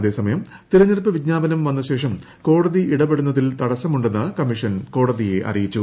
അതേസമയം തെരഞ്ഞെടുപ്പ് വിജ്ഞാപനം വന്നശേഷം കോടതി ഇടപെടുന്നതിൽ തടസ്സമുണ്ടെന്ന് കമ്മീഷൻ കോടതിയെ അറിയിച്ചു